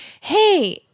hey